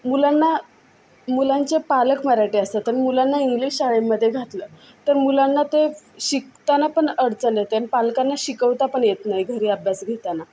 मुलांना मुलांचे पालक मराठी असतात आणि मुलांना इंग्लिश शाळेमध्ये घातलं तर मुलांना ते शिकताना पण अडचण येते आणि पालकांना शिकवता पण येत नाही घरी अभ्यास घेताना